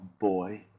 boy